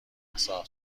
مهسا